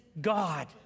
God